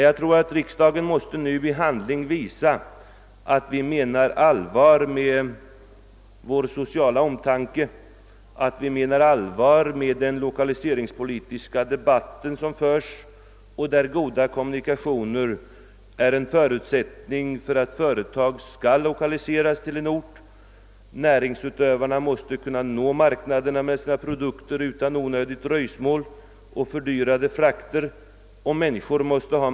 Jag tror att riksdagen nu i handling måste visa att vi menar allvar med vår sociala omtanke och att vi menar allvar med det som sägs i den näringspolitiska debatten. Goda kommunikationer är en förutsättning för att företag skall kunna lokaliseras till. en ort. Näringsidkarna måste kunna nå marknaderna med sina produkter utan onödigt dröjsmål och fördyrade frakter och människor måste ha.